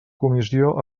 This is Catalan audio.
comissió